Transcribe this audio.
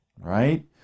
right